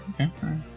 okay